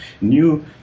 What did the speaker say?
New